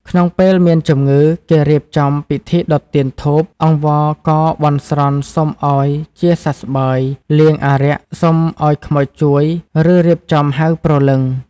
ក្នុងពេលមានជំងឺ គេរៀបចំពិធីដុតទៀនធូបអង្វរកបន់ស្រន់សុំឱ្យជាសះស្បើយ លៀងអារក្សសុំឱ្យខ្មោចជួយ ឬរៀបចំហៅព្រលឹង។